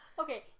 Okay